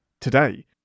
today